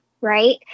right